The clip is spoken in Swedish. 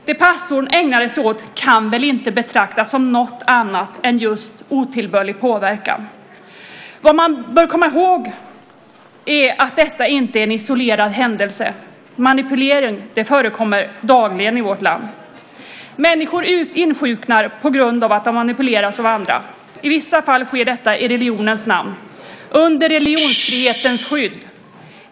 Det pastorn ägnade sig åt kan väl inte betraktas som något annat än just otillbörlig påverkan. Vad man bör komma ihåg är att detta inte är en isolerad händelse. Manipulering förekommer dagligen i vårt land. Människor insjuknar på grund av att de har manipulerats av andra. I vissa fall sker detta i religionens namn under religionsfrihetens skydd.